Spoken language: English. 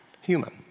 human